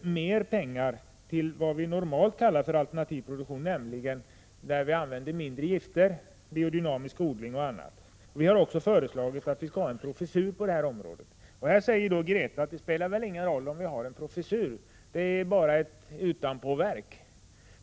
mer pengar skall avsättas till vad vi normalt kallar alternativ produktion, nämligen odling där gifter används i mindre utsträckning, biodynamisk odling och annat. Vi har också föreslagit att en professur skall inrättas på det här området. Grethe Lundblad sade här att det väl inte spelar någon roll om man har en professur — den är bara ett utanpåverk.